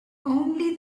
only